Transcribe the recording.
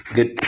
Good